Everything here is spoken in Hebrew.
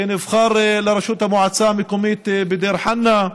שנבחר לראשות המועצה המקומית בדיר חנא,